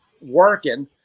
working